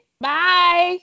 Bye